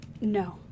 no